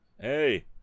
Hey